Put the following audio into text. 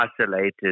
isolated